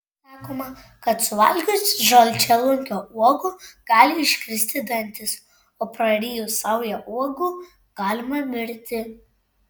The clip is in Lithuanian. sakoma kad suvalgius žalčialunkio uogų gali iškristi dantys o prarijus saują uogų galima mirti